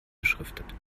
beschriftet